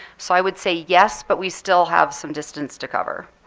so i would say yes but we still have some distance to cover.